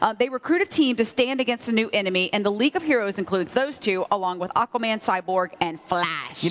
ah they recruit a team to stand against the new enemy and the league of heroes includes those two along with aqua man, cyborg and slash.